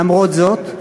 למרות זאת,